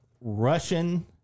Russian